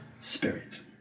spirit